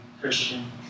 Christian